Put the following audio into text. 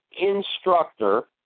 instructor